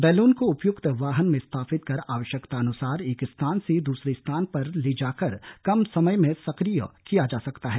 balloon को उपयुक्त वाहन में स्थापित कर आवश्यकतानुसार एक स्थान से दूसरे स्थान पर ले जाकर कम समय में सक्रिय किया जा सकता है